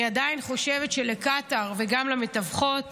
אני עדיין חושבת שלקטר וגם למתווכות